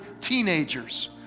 teenagers